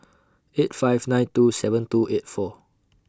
eight five nine two seven two eight four